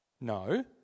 No